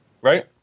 Right